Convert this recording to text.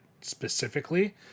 specifically